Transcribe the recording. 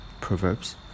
Proverbs